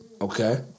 Okay